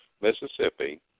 Mississippi